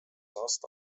aasta